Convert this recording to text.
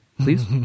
please